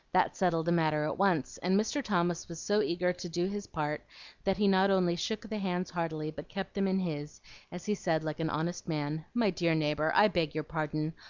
that settled the matter at once, and mr. thomas was so eager to do his part that he not only shook the hands heartily, but kept them in his as he said like an honest man my dear neighbor, i beg your pardon!